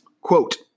quote